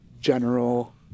general